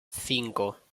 cinco